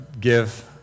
give